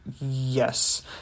yes